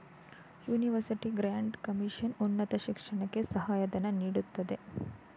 university grant commission ಉನ್ನತ ಶಿಕ್ಷಣಕ್ಕೆ ಸಹಾಯ ಧನ ನೀಡುತ್ತದೆ